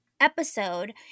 episode